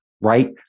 right